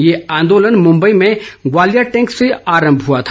यह आंदोलन मुम्बई में ग्वालिया टैंक से आरम्भ हुआ था